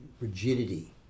rigidity